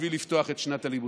בשביל לפתוח את שנת הלימודים.